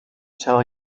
tell